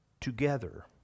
together